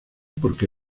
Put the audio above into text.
porque